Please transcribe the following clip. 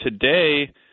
today